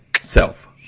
Self